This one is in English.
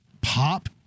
pop